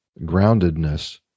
groundedness